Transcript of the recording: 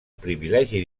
privilegi